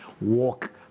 walk